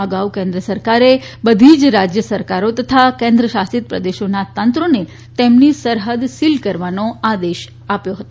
અગાઉ કેન્દ્ર સરકારે બધીજ રાજ્ય સરકારો તથા કેન્દ્ર શાસિત પ્રદેશોના તંત્રોને તેમની સરહૃદ સીલ કરવાનો આદેશ આપ્યો હતો